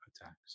attacks